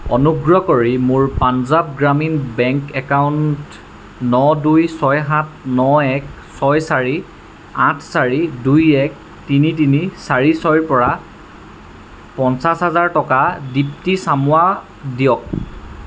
অনুগ্ৰহ কৰি মোৰ পাঞ্জাৱ গ্ৰামীণ বেংক একাউণ্ট ন দুই ছয় সাত ন এক ছয় চাৰি আঠ চাৰি দুই এক তিনি তিনি চাৰি ছয়ৰ পৰা পঞ্চাছ হাজাৰ টকা দীপ্তি চামুৱাক দিয়ক